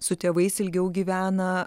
su tėvais ilgiau gyvena